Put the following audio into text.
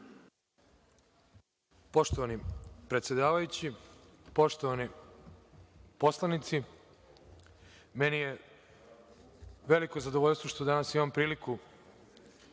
Poštovani predsedavajući, poštovani poslanici, meni je veliko zadovoljstvo što danas imam priliku